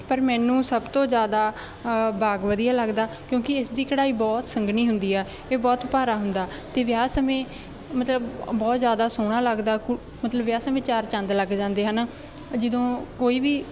ਪਰ ਮੈਨੂੰ ਸਭ ਤੋਂ ਜ਼ਿਆਦਾ ਬਾਗ ਵਧੀਆ ਲੱਗਦਾ ਕਿਉਂਕਿ ਇਸ ਦੀ ਕਢਾਈ ਬਹੁਤ ਸੰਘਣੀ ਹੁੰਦੀ ਆ ਇਹ ਬਹੁਤ ਭਾਰਾ ਹੁੰਦਾ ਅਤੇ ਵਿਆਹ ਸਮੇਂ ਮਤਲਬ ਬਹੁਤ ਜ਼ਿਆਦਾ ਸੋਹਣਾ ਲੱਗਦਾ ਕੁ ਮਤਲਬ ਵਿਆਹ ਸਮੇਂ ਚਾਰ ਚੰਦ ਲੱਗ ਜਾਂਦੇ ਹਨ ਜਦੋਂ ਕੋਈ ਵੀ